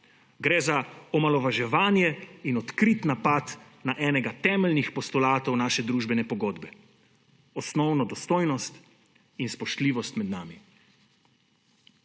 »Gre za omalovaževanje ter odkrit napad na enega temeljnih postulatov naše družbene pogodbe: osnovno dostojnost in spoštljivost med nami.«